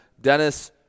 Dennis